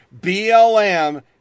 BLM